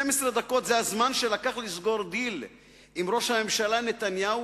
12 דקות זה הזמן שלקח לסגור דיל עם ראש הממשלה נתניהו,